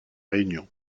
réunion